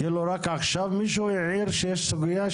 כאילו רק עכשיו מישהו העיר שישנה סוגיה,